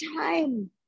time